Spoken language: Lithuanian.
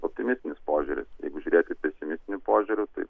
optimistinis požiūris jeigu žiūrėti pesimistiniu požiūriu tai